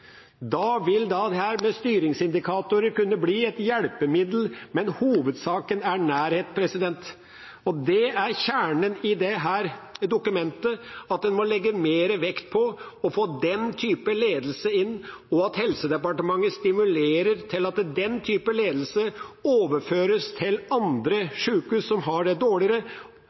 Da vil dette med styringsindikatorer kunne bli et hjelpemiddel, men hovedsaken er nærhet. Det er kjernen i dette dokumentet, at en må legge mer vekt på å få den typen ledelse inn, og at Helse- og omsorgsdepartementet stimulerer til at denne typen ledelse overføres til andre sykehus som har dårligere